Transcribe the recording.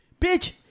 Bitch